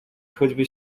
choćby